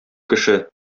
кеше